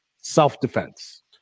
self-defense